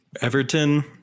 Everton